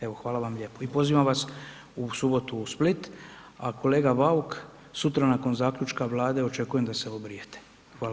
Evo hvala vam lijepo i pozivam vas u subotu u Split a kolega Bauk, sutra nakon zaključka Vlade, očekujem da se obrijete, hvala vam.